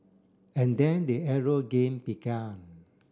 and then the arrow game began